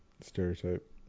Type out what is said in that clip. Stereotype